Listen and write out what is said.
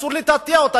אסור לטאטא אותה.